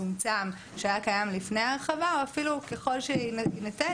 המצומצם שהיה קיים לפני ההרחבה או אפילו ככל שיינתן,